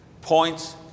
points